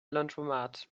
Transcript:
laundromat